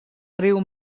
riu